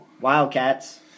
Wildcats